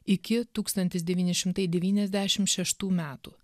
iki tūkstantis devyni šimtai devyniasdešim šeštų metų